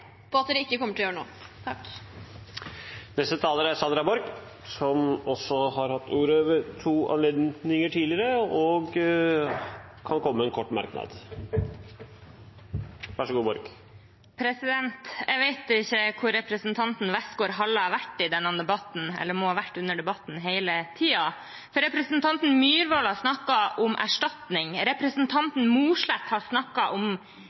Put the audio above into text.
at dere ikke kommer til å gjøre noe. Representanten Sandra Borch har hatt ordet to ganger tidligere og får ordet til en kort merknad, begrenset til 1 minutt. Jeg vet ikke hvor representanten Westgaard-Halle har vært i denne debatten, eller om hun har vært til stede under debatten hele tiden, for representanten Myhrvold har snakket om erstatning, representanten Mossleth har snakket om